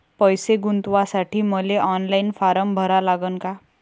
पैसे गुंतवासाठी मले ऑनलाईन फारम भरा लागन का?